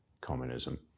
communism